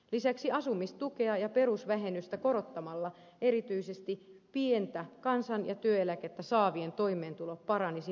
lisäksi asumistukea ja perusvähennystä korottamalla erityisesti pientä kansan ja työeläkettä saavien toimeentulo paranisi merkittävästi